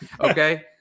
okay